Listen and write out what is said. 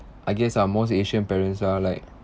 I guess ah most asian parents are like